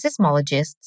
seismologists